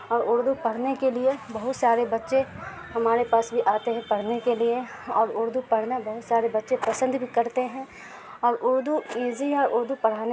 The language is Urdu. اور اردو پڑھنے کے لیے بہت سارے بچے ہمارے پاس بھی آتے ہیں پڑھنے کے لیے اور اردو پڑھنا بہت سارے بچے پسند بھی کرتے ہیں اور اردو ایزی ہے اردو پڑھانے